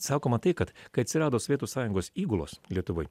sakoma tai kad kai atsirado sovietų sąjungos įgulos lietuvoj